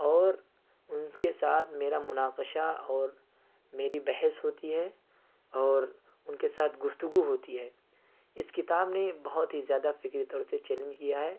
اور ان کے ساتھ میرا مناقشہ اور میری بحث ہوتی ہے اور ان کے ساتھ گفتگو ہوتی ہے اس کتاب نے بہت ہی زیادہ فکری طور سے چیلینج کیا ہے